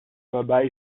waarbij